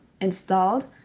installed